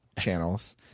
channels